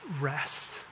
rest